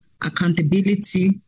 accountability